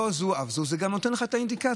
לא זו אף זו, זה גם נותן לך את האינדיקציות.